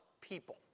people